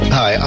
hi